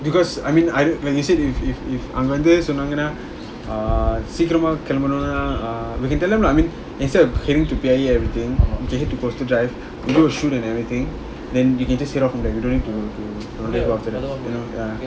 because I mean I when you said if if if அங்கவந்துசொன்னாங்கன்னா:anga vandhu sonnangana err சீக்கிரமாகெளம்புனா:seekirama kelampuna err we can tell them lah I mean instead of heading to P_I_E everything we can head to coastal drive we can do the shoot and everything then we can just head off from there we don't need to to after that you know ya